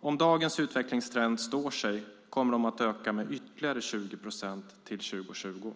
Om dagens utvecklingstrend står sig kommer de att öka med ytterligare 20 procent till 2020.